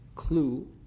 Clue